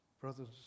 brothers